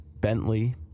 Bentley